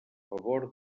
favor